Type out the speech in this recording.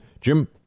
Jim